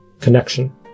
connection